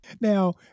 Now